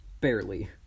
Barely